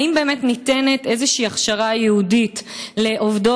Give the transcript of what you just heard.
האם באמת ניתנת איזו הכשרה ייעודית לעובדות